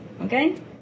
okay